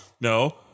no